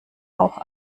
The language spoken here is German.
auch